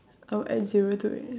I'll add zero to it